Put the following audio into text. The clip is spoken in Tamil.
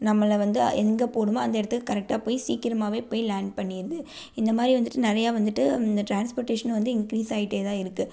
நம்மளை வந்து எங்கே போகணுமோ அந்த இடத்துக்கு கரெக்டாக போய் சீக்கிரமாகவே போய் லேண்ட் பண்ணிடுது இந்த மாதிரி வந்துட்டு நிறையா வந்துட்டு இந்த ட்ரான்ஸ்படேஷன் வந்து இன்க்ரீஸ் ஆகிட்டே தான் இருக்குது